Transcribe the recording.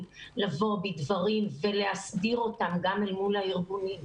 לבוא בדברים ולהסדיר אותם גם אל מול הארגונים,